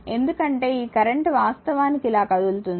ఎందుకంటే ఈ కరెంట్ వాస్తవానికి ఇలా కదులుతుంది